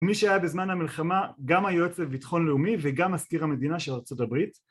מי שהיה בזמן המלחמה גם היועץ לביטחון לאומי וגם מזכיר המדינה של ארה״ב